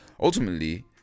Ultimately